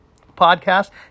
podcast